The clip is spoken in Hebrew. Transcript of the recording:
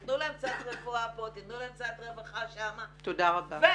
תנו להם סל רפואה כאן, תנו להם סל רווחה שם, תקימו